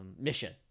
mission